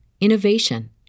innovation